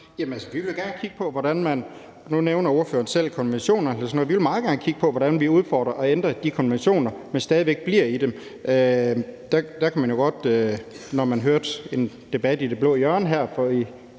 meget gerne kigge på, hvordan vi udfordrer og ændrer de konventioner, men stadig væk bliver i dem.